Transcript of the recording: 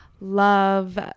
love